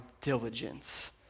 diligence